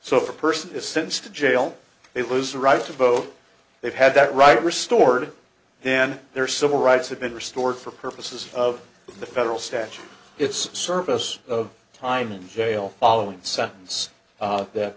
so if a person is since the jail they lose the right to vote they've had that right restored then their civil rights have been restored for purposes of the federal statute it's service of time in jail following sentence